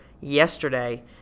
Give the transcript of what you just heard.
yesterday